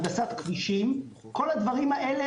הנדסת כבישים כל הדברים האלה,